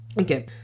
okay